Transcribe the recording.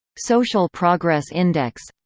social progress index